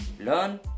Learn